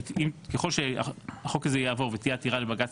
ככל שהחוק הזה יעבור ותהיה לגביו עתירה לבג"צ,